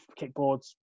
kickboards